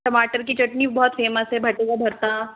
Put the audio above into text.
टमाटर की चटनी बहुत फेमस है भाटे का भरता